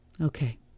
Okay